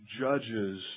judges